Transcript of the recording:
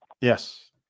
Yes